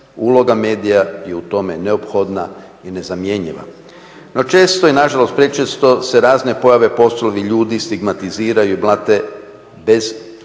Uloga medija je u tome neophodna i nezamjenjiva. No često i nažalost prečesto se razne pojave poslovni ljudi stigmatiziraju i blate bez